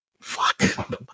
Fuck